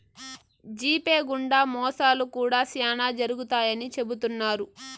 GPay గుండా మోసాలు కూడా శ్యానా జరుగుతాయని చెబుతున్నారు